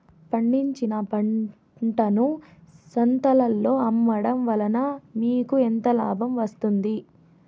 పండించిన పంటను సంతలలో అమ్మడం వలన మీకు ఎంత లాభం వస్తుంది?